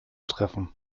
treffen